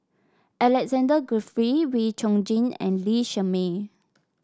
Alexander Guthrie Wee Chong Jin and Lee Shermay